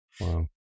Wow